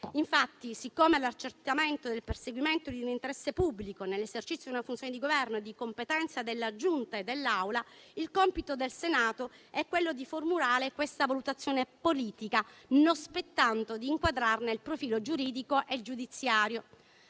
Infatti, siccome l'accertamento del perseguimento di un interesse pubblico nell'esercizio di una funzione di Governo è di competenza della Giunta e dell'Aula, il compito del Senato è formulare questa valutazione politica, non spettando di inquadrarne il profilo giuridico e giudiziario.